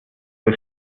für